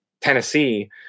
Tennessee